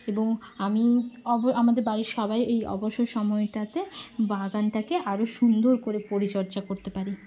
এবং আমি অবো আমাদের বাড়ির সবাই এই অবসর সময়টাতে বাগানটাকে আরো সুন্দর করে পরিচর্যা করতে পারি